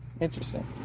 Interesting